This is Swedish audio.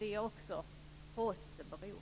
Det är alltså även på oss detta beror.